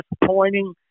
disappointing